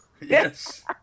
Yes